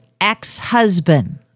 ex-husband